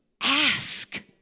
ask